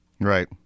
Right